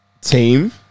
team